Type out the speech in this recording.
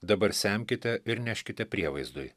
dabar semkite ir neškite prievaizdui